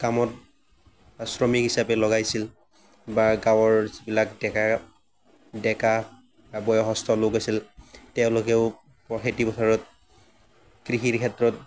কামত শ্ৰমিক হিচাপে লগাইছিল বা গাঁৱৰ যিবিলাক ডেকা ডেকা বা বয়সস্থ লোক আছিল তেওঁলোকেও খেতি পথাৰত কৃষিৰ ক্ষেত্ৰত